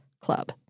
Club